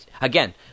Again